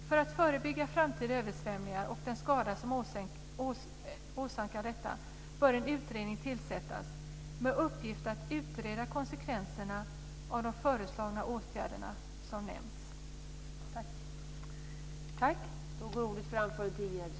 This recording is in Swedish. För att förebygga framtida översvämningar och den skada som åsamkas av dessa bör en utredning tillsättas med uppgift att utreda konsekvenserna av de föreslagna åtgärder som nämnts.